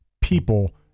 people